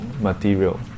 material